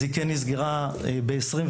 היא כן נסגרה ב-2021.